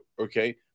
okay